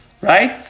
right